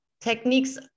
techniques